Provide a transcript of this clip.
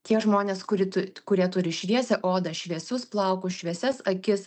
tie žmonės kurie tu kurie turi šviesią odą šviesius plaukus šviesias akis